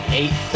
eight